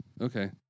okay